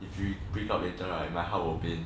if you break up later right my heart will pain